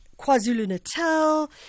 KwaZulu-Natal